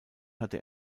hatte